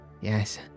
Yes